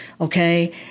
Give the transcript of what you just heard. okay